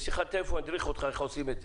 בשיחת טלפון אדריך אותך איך עושים את זה.